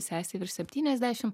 sesei virš septyniasdešim